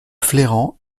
flairant